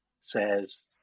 says